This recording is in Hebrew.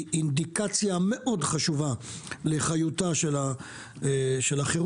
היא אינדיקציה מאוד חשובה לחיותה של החרות.